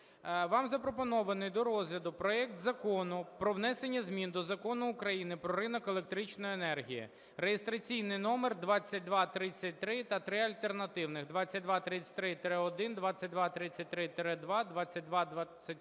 Вам запропонований до розгляду проект Закону про внесення змін до Закону України "Про ринок електричної енергії" (реєстраційний номер 2233 та три альтернативних: 2233-1, 2233-2, 2233-4).